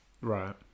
right